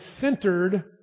centered